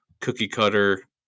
cookie-cutter